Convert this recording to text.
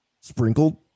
sprinkled